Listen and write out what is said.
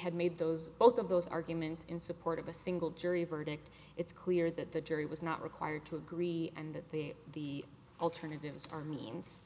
had made those both of those arguments in support of a single jury verdict it's clear that the jury was not required to agree and that the the alternatives are means